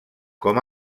com